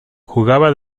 jugaba